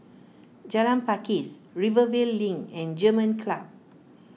Jalan Pakis Rivervale Link and German Club